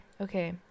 Okay